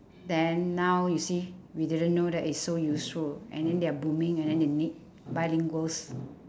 then now you see we didn't know that it's so useful and then they're booming and then they need bilingual s~